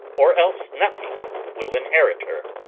or else nothing, will inherit her.